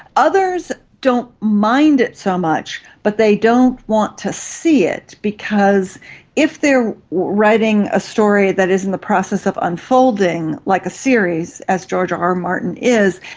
others don't mind it so much but they don't want to see it because if they are writing a story that is in the process of unfolding, like a series, as george ah rr martin is,